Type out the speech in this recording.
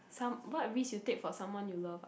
some what risk you take for someone you love ah